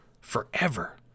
forever